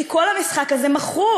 כי כל המשחק הזה מכור.